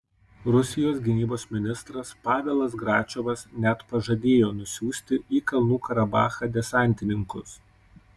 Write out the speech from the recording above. rusijos gynybos ministras pavelas gračiovas net pažadėjo nusiųsti į kalnų karabachą desantininkus